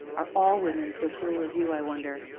are all women so cruel as you, i wonder?